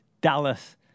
Dallas